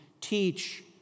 teach